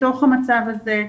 בתוך המצב הזה,